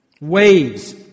Waves